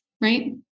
right